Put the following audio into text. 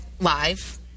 live